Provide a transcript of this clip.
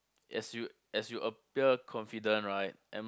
as you as you appear confident right I'm